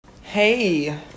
Hey